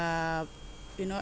err you know